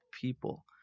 people